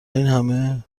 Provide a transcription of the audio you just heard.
اینهمه